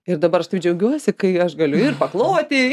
ir dabar aš taip džiaugiuosi kai aš galiu ir pakloti